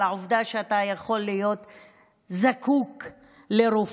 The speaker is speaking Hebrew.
על העובדה שאתה יכול להיות זקוק לרופא